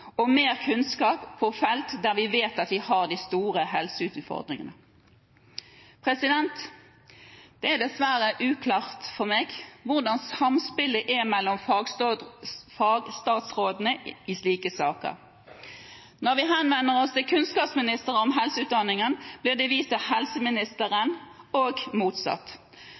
og mer kunnskap på felt der vi vet at vi har de store helseutfordringene. Det er dessverre uklart for meg hvordan samspillet er mellom fagstatsrådene i slike saker. Når vi henvender oss til kunnskapsministeren om helseutdanningen, blir det vist til